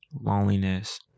loneliness